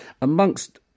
Amongst